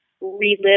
relive